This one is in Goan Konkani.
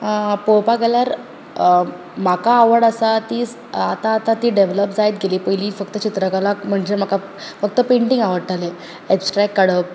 पळोवपाक गेल्यार म्हाका आवड आसा ती आतां आतां ती डेवेलप जायत गेली पयलीं फक्त चित्रकला म्हणचे म्हाका फक्त पँटिग आवडटालें एब्सट्रॅक्ट काडप